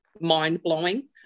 mind-blowing